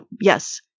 Yes